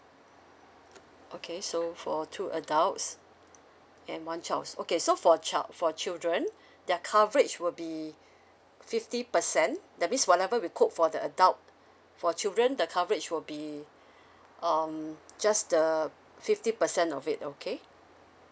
okay so for two adults and one childs okay so for child for children their coverage will be fifty percent that means whatever we quote for the adult for children the coverage will be um just the fifty percent of it okay